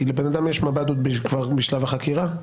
כי לבן אדם יש מב"ד כבר משלב החקירה.